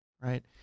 right